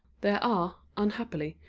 there are, unhappily,